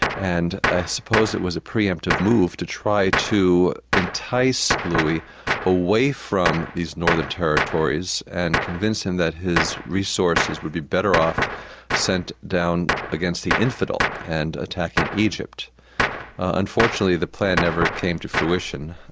and i ah suppose it was a pre-empted move to try to entice louis away from these northern territories and convince him that his resources would be better off sent down against the infidel, and attacking egypt unfortunately, the plan never came to fruition,